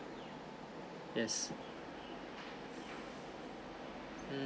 yes um